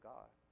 God